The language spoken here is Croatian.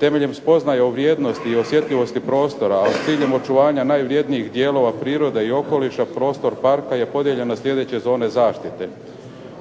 Temeljem spoznaja o vrijednosti i osjetljivosti prostora a s ciljem očuvanja najvrjednijih dijelova prirode i okoliša prostor parka je podijeljen na sljedeće zone zaštite.